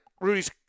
Rudy's